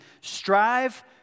Strive